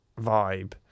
vibe